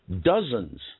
dozens